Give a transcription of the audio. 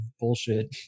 bullshit